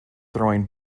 throwing